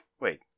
Wait